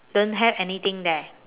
don't have anything there